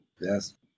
Yes